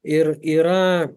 ir yra